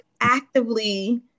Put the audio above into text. actively